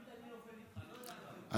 תמיד אני נופל איתך, לא יודע למה.